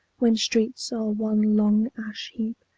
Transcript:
when streets are one long ash-heap,